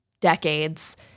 decades